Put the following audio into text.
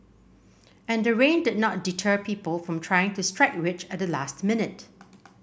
and the rain did not deter people from trying to strike rich at the last minute